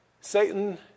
Satan